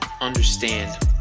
understand